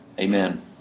Amen